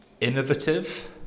Innovative